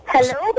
Hello